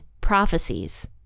prophecies